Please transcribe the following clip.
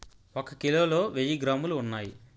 ఒక కిలోలో వెయ్యి గ్రాములు ఉన్నాయి